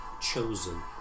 chosen